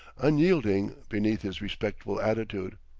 unyielding beneath his respectful attitude.